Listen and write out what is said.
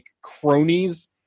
cronies